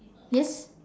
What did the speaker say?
yes